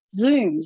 zooms